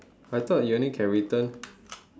I thought you only can return